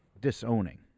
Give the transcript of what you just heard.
disowning